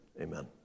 Amen